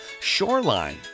Shoreline